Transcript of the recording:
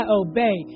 obey